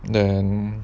then